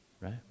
Right